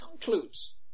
concludes